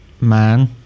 man